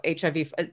HIV